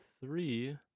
three